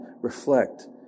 reflect